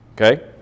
okay